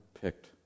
picked